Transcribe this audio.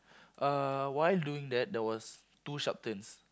uh while doing that there was two sharp turns